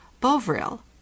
Bovril